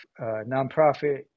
nonprofit